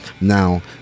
Now